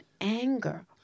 anger